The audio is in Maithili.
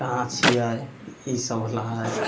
कहाँ छियै ई सबवला हइ